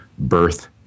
birth